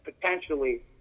potentially